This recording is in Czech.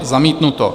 Zamítnuto.